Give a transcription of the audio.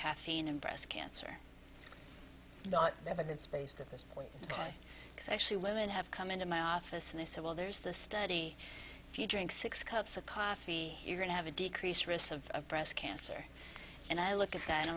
caffeine and breast cancer not evidence based at this point the guy actually women have come into my office and they say well there's the study if you drink six cups of coffee you're going to have a decreased risk of breast cancer and i look at that